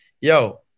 yo